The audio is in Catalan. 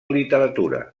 literatura